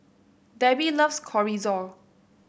Debbie loves Chorizo